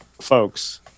folks